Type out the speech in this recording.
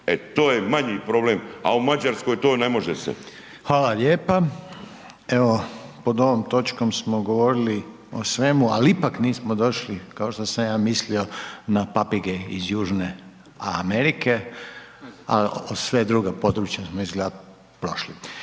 e to je manji problem a u Mađarskoj to ne može se. **Reiner, Željko (HDZ)** Hvala lijepa. Evo, pod ovom točkom smo govorili o svemu ali ipak nismo došli kao što sam ja mislio na papige iz Južne Amerike a sva druga područja smo izgleda prošli